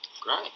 Great